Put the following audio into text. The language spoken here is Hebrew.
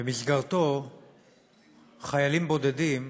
שבמסגרתו חיילים בודדים,